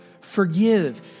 Forgive